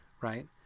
right